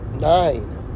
nine